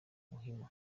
muhima